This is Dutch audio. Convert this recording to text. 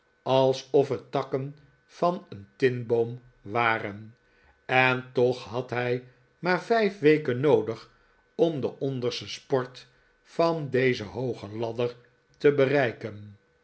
alsof het takken van een tinboom waren en toch had hij maar vijf weken noodig om de onderste sport van deze hooge ladder te bereiken